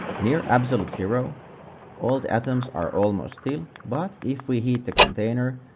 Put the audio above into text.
near absolute zero all the atoms are almost still, but if we heat the container,